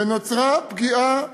ונוצרה פגיעה